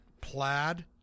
plaid